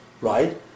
right